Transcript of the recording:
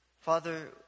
Father